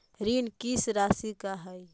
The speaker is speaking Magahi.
ऋण किस्त रासि का हई?